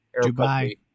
Dubai